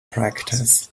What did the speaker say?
practice